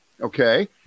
Okay